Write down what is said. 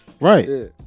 Right